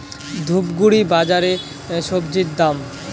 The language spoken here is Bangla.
ধূপগুড়ি বাজারের স্বজি দাম?